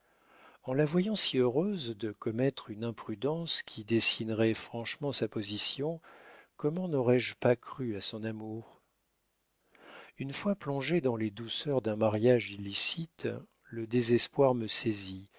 en la voyant si heureuse de commettre une imprudence qui dessinerait franchement sa position comment n'aurais-je pas cru à son amour une fois plongé dans les douceurs d'un mariage illicite le désespoir me saisit